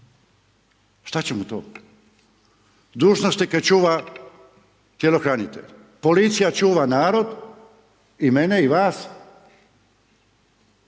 Šta će mu to? Dužnost je kad čuva tjelohranitelj, policija čuva narod, i mene i vas.